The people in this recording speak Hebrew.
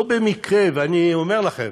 לא במקרה, אני אומר לכם,